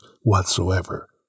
whatsoever